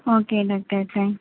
okay doctor thanks